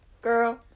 girl